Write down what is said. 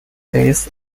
this